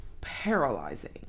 paralyzing